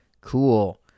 cool